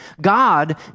God